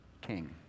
king